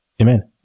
Amen